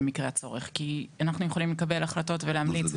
אנחנו יכולים לקבל החלטות ולהמליץ,